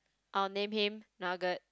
I will name him nugget